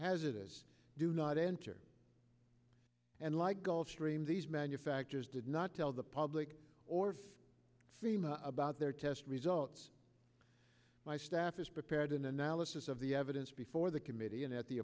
hazardous do not enter and like gulf stream these manufacturers did not tell the public or fema about their test results my staff is prepared an analysis of the evidence before the committee and at the